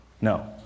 No